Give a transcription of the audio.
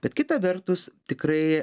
bet kita vertus tikrai